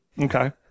Okay